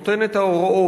נותן את ההוראות,